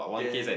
then